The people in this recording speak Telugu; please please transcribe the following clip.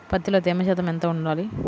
పత్తిలో తేమ శాతం ఎంత ఉండాలి?